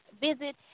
visit